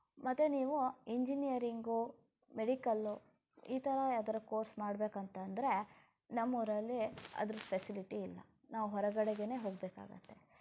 ಮತ್ತೆ ನೀವು engineering medical ಈ ಥರ ಯಾವ್ದಾದ್ರೂ ಕೋರ್ಸ್ ಮಾಡಬೇಕಂತಂದ್ರೆ ನಮ್ಮ ಊರಲ್ಲಿ ಅದ್ರ ಫೆಸಿಲಿಟಿ ಇಲ್ಲ ನಾವು ಹೊರಗಡೆಗೇ ಹೋಗಬೇಕಾಗತ್ತೆ